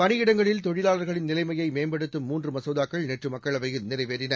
பணியிடங்களில் தொழிலாளர்களின் நிலைமையை மேம்படுத்தும் மூன்று மசோதாக்கள் நேற்று மக்களவையில் நிறைவேறின